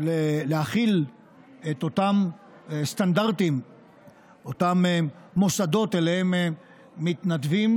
להחיל את אותם סטנדרטים באותם מוסדות שאליהם מתנדבים,